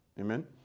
Amen